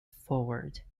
forward